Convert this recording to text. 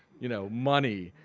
you know money.